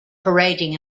parading